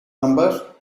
number